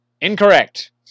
Incorrect